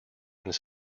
this